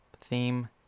theme